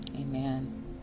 Amen